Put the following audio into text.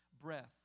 breath